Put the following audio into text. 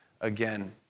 again